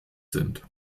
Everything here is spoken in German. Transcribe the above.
sind